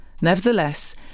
Nevertheless